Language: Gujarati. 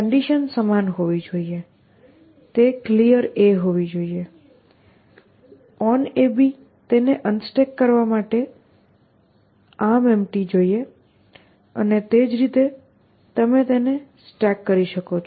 કન્ડિશન સમાન હોવી જોઈએ તે Clear હોવી જ જોઈએ OnAB તેને અનસ્ટેક કરવા માટે ArmEmpty જોઈએ અને તે જ રીતે તમે તેને સ્ટેક કરી શકો છો